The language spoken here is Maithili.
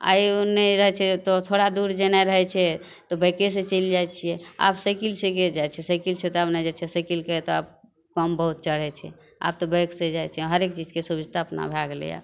आओर ई एन्ने ओन्ने रहै छै तऽ थोड़ा दूर जेनाइ रहै छै तऽ बाइकेसे चलि जाइ छिए आब साइकिलसे के जाइ छै साइकिलसे तऽ आब नहि जाइ छै साइकिलके तऽ आब कम बहुत चढ़ै छै आब तऽ बाइकसे जाइ छै हरेक चीजके सुभिस्ता अपना भै गेलैए